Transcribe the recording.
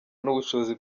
n’ubushobozi